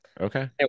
okay